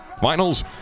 finals